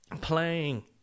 playing